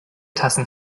tassen